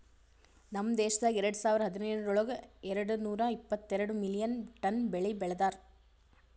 ನಮ್ ದೇಶದಾಗ್ ಎರಡು ಸಾವಿರ ಹದಿನೇಳರೊಳಗ್ ಎರಡು ನೂರಾ ಎಪ್ಪತ್ತೆರಡು ಮಿಲಿಯನ್ ಟನ್ ಬೆಳಿ ಬೆ ಳದಾರ್